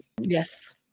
Yes